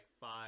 five